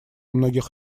многих